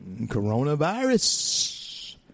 coronavirus